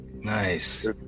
nice